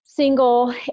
single